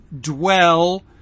dwell